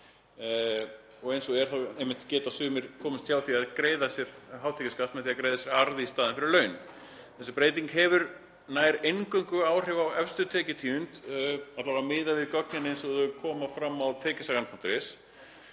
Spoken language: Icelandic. Eins og er geta sumir komist hjá því að greiða hátekjuskatt með því að greiða sér arð í staðinn fyrir laun. Þessi breyting hefur nær eingöngu áhrif á efstu tekjutíund, alla vega miðað við gögnin eins og þau koma fram á tekjusagan.is.